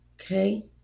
okay